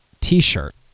t-shirt